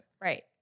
Right